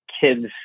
kids